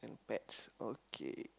pets okay